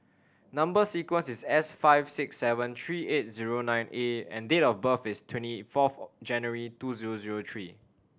number sequence is S five six seven three eight zero nine A and date of birth is twenty fourth January two zero zero three